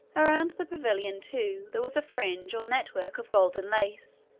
around the pavilion, too, there was a fringe or net-work of golden lace,